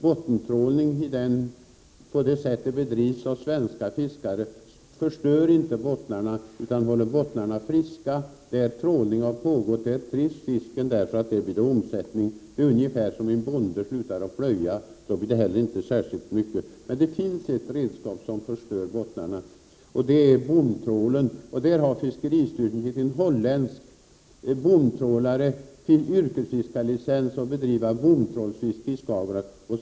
Bottentrålning på det sätt som den bedrivs av svenska fiskare förstör inte bottnarna utan håller bottnarna friska. Där trålning har pågått trivs fisken därför att det där blir omsättning. Det är ungefär på samma sätt som om en bonde slutar att plöja, då blir det inte heller något vidare resultat. Men det finns ett redskap som förstår bottnarna och det är bomtrålen. Fiskeristyrelsen har gett en holländsk bomtrålare yrkesfiskarlicens för att bedriva bomtrålsfiske i Skagerrak.